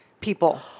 people